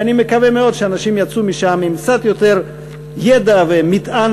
אני מקווה מאוד שאנשים יצאו משם עם קצת יותר ידע ומטען